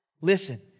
Listen